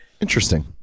interesting